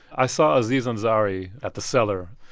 i saw aziz ansari at the cellar.